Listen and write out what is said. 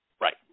Right